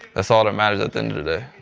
that's all that matters at the end of the day.